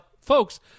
folks